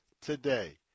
today